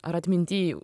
ar atminty